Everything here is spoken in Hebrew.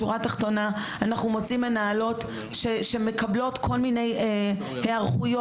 בשורה התחתונה אנחנו מוצאים מנהלות שמקבלות כל מיני היערכויות,